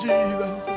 Jesus